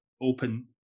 open